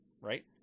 right